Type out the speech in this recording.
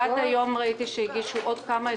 עד היום ראיתי שהגישו עוד כמה.